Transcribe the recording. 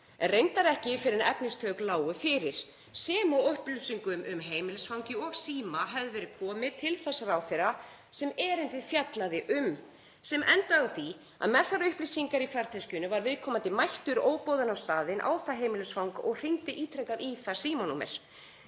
reyndar ekki fyrr en efnistök lágu fyrir, sem og þegar upplýsingum um heimilisfang og síma hafði verið komið til þess ráðherra sem erindið fjallaði um. Það endaði á því að með þær upplýsingar í farteskinu var viðkomandi mættur óboðinn á staðinn á það heimilisfang og hringdi ítrekað í það símanúmer.